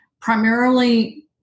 primarily